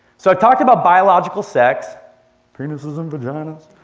so, i've talked about biological sex penises and vaginas